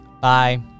Bye